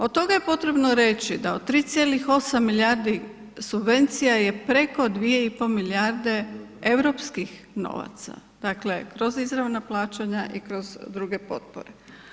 Od toga je potrebno reći da od 3,8 milijardi subvencija je preko 2,5 milijarde europskih novaca, dakle kroz izravna plaćanja i kroz druge potpore.